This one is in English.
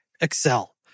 Excel